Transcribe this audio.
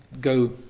go